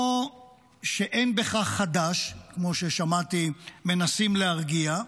או שאין בכך חדש, כמו ששמעתי שמנסים להרגיע,